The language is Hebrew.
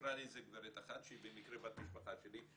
וסיפרה לי גברת אחת שהיא במקרה בת משפחה שלי,